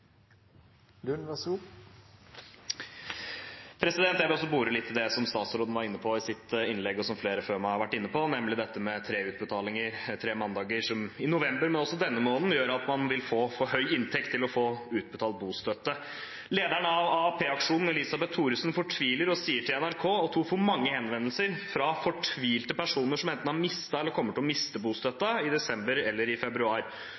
som statsråden var inne på i sitt innlegg, og som flere før meg har vært inne på, nemlig dette med tre utbetalinger tre mandager i november og også denne måneden, som gjør at man vil få for høy inntekt til å få utbetalt bostøtte. Lederen av AAP-aksjonen, Elisabeth Thoresen, fortviler og sier til NRK at hun får mange henvendelser fra fortvilte personer som enten har mistet eller kommer til å miste bostøtten i desember eller i februar.